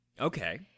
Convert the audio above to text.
Okay